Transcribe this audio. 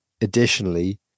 additionally